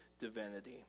divinity